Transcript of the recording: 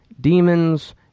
demons